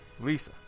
Lisa